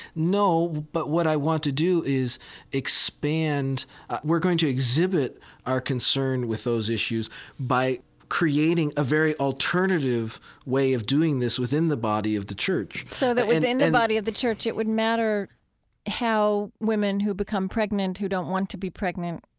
no, but what i want to do is expand we're going to exhibit our concern with those issues by creating a very alternative way of doing this within the body of the church so that within the body of the church it would matter how women who become pregnant who don't want to be pregnant,